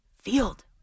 field